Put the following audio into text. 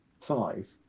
Five